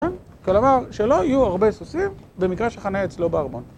כלומר שלא יהיו הרבה סוסים במקרה שחנה אצלו בארמון